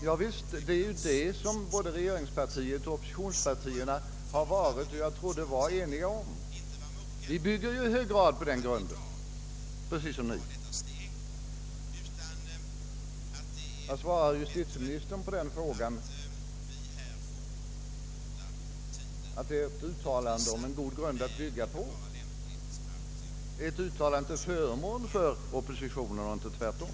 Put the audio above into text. Ja visst, det är ju det som både regeringspartiet och oppositionspartierna har varit och som jag trodde även i fortsättningen skulle vara eniga om. Vi bygger i hög grad på denna grund, på samma sätt som också ni gör. Vad svarar justitieministern på frågan, om inte ett uttalande om att förslaget är en god grund att bygga på är till förmån för oppositionen och inte tvärtom?